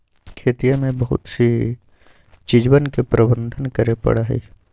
खेतिया में बहुत सी चीजवन के प्रबंधन करे पड़ा हई